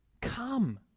Come